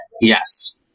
Yes